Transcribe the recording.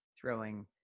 throwing